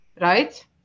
right